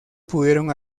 pudieron